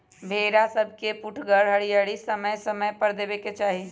भेड़ा सभके पुठगर हरियरी समय समय पर देबेके चाहि